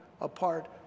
apart